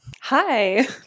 Hi